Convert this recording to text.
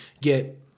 get